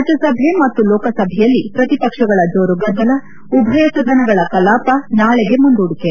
ರಾಜ್ಲಸಭೆ ಮತ್ತು ಲೋಕಸಭೆಯಲ್ಲಿ ಪ್ರತಿಪಕ್ಷಗಳ ಜೋರು ಗದ್ದಲ ಉಭಯಸದನಗಳ ಕಲಾಪ ನಾಳೆಗೆ ಮುಂದೂಡಿಕೆ